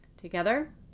Together